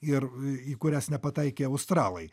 ir į kurias nepataikė australai